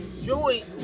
joint